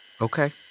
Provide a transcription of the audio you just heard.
Okay